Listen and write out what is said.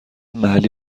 محلی